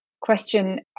question